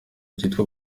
byitwa